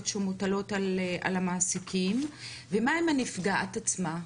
שמוטלות על המעסיקים ומה עם הנפגעת עצמה,